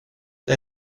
det